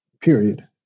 period